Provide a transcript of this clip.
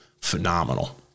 Phenomenal